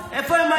איפה הם היו?